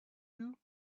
you